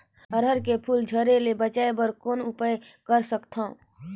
अरहर के फूल झरे ले बचाय बर कौन उपाय कर सकथव?